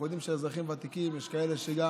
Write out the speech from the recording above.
אנחנו יודעים שאזרחים ותיקים, יש כאלה שגם